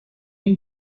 این